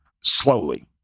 slowly